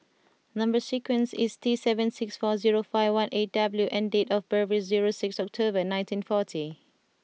number sequence is T seven six four zero five one eight W and date of birth is zero six October nineteen forty